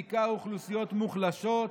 בעיקר אוכלוסיות מוחלשות,